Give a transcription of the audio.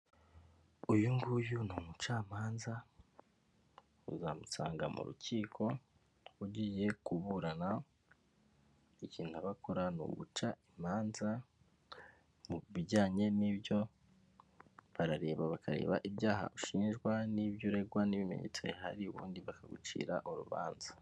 Uyu nguyu ni umucamanza, uzamusanga mu rukiko ugiye kuburana, ikintu aba akora ni uguca imanza, mu bijyanye n'ibyo barareba bakareba ibyaha ushinjwa n'ibyo uregwa n'ibimenyetso bihari ubundi bakagucira urubanza.